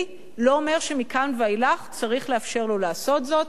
לא אומרת שמכאן ואילך צריך לאפשר לו לעשות זאת.